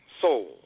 soul